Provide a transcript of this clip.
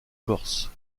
corse